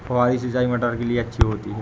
फुहारी सिंचाई मटर के लिए अच्छी होती है?